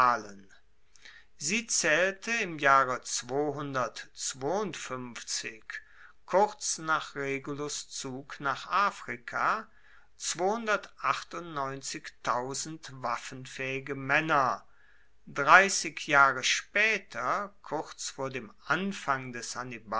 sie zaehlte im jahre kurz nach regulus zug nach afrika waffenfaehige maenner dreissig jahre spaeter kurz vor dem anfang des